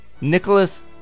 Nicholas